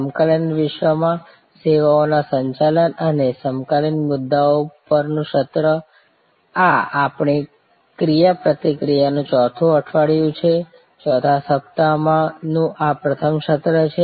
સમકાલીન વિશ્વમાં સેવાઓના સંચાલન અને સમકાલીન મુદ્દાઓ પરનું સત્ર આ આપણી ક્રિયાપ્રતિક્રિયાનું ચોથું અઠવાડિયું છે ચોથા સપ્તાહનું આ પ્રથમ સત્ર છે